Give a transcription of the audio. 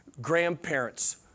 grandparents